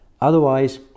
Otherwise